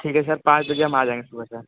ठीक है सर कल पाँच बजे आ जाएँगे सुबह से